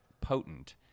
potent